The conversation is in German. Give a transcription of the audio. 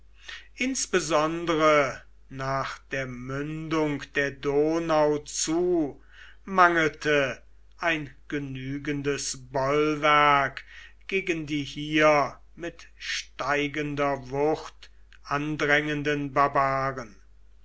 insbesondere nach der mündung der donau zu mangelte ein genügendes bollwerk gegen die hier mit steigender wucht andrängenden barbaren